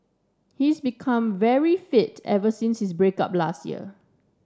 he is became very fit ever since his break up last year